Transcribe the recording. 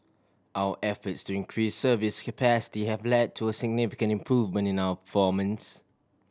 our efforts to increase service capacity have led to a significant improvement in our